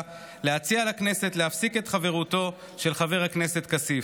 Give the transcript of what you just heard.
להציע לכנסת להפסיק את חברותו של חבר הכנסת כסיף.